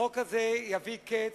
החוק הזה יביא קץ,